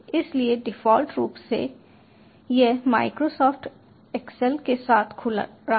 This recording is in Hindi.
इसलिए डिफ़ॉल्ट रूप से यह माइक्रोसॉफ्ट एक्सेल के साथ खुल रहा है